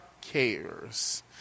cares